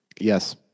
Yes